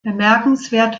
bemerkenswert